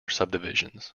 subdivisions